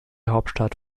hauptstadt